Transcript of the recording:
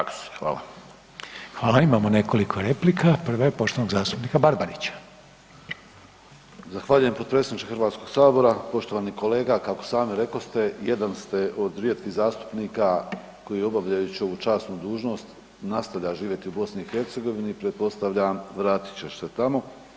Zahvaljujem potpredsjedniče Hrvatskog sabora, poštovani kolega kako i sami rekoste jedan ste od rijetkih zastupnika koji obavljajući ovu časnu dužnost nastavlja živjeti u BiH i pretpostavljam vratit ćeš se tamo.